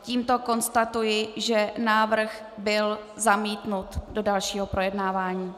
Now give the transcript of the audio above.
Tímto konstatuji, že návrh byl zamítnut do dalšího projednávání.